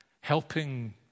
helping